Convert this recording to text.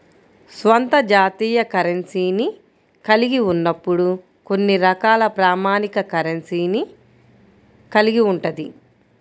స్వంత జాతీయ కరెన్సీని కలిగి ఉన్నప్పుడు కొన్ని రకాల ప్రామాణిక కరెన్సీని కలిగి ఉంటది